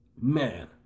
Man